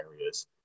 areas